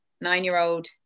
nine-year-old